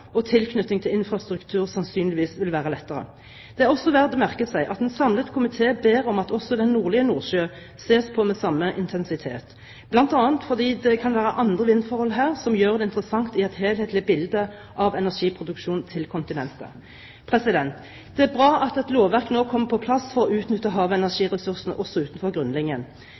og tilknytning til infrastruktur sannsynligvis vil være lettere. Det er verdt å merke seg at en samlet komité ber om at også den nordlige Nordsjø ses på med samme intensitet, bl.a. fordi det kan være andre vindforhold her som gjør det interessant i et helhetlig bilde av energiproduksjonen til kontinentet. Det er bra at et lovverk nå kommer på plass for å utnytte havenergiressursene også utenfor